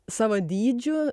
savo dydžiu